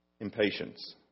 Impatience